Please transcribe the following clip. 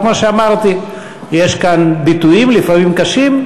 אבל כמו שאמרתי, יש כאן ביטויים, לפעמים קשים.